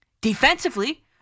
Defensively